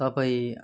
तपाईँ